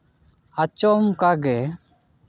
ᱟᱪᱚᱢᱠᱟ ᱜᱮ